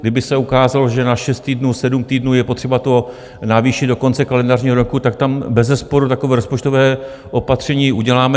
Kdyby se ukázalo, že na 6 týdnů, 7 týdnů je potřeba to navýšit do konce kalendářního roku, tak tam bezesporu takové rozpočtové opatření uděláme.